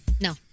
No